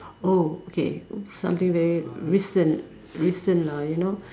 oh okay something very recent recent lah you know